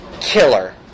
killer